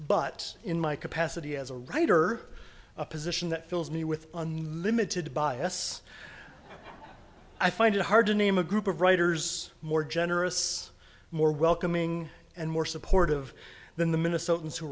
but in my capacity as a writer a position that fills me with unlimited bias i find it hard to name a group of writers more generous more welcoming and more supportive than the minnesotans who